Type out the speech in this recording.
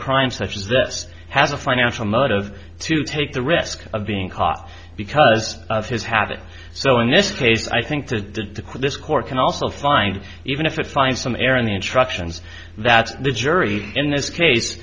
crime such as this had a financial motive to take the risk of being caught because of his habit so in this case i think to acquit this court can also find even if it's find some air in the instructions that the jury in this case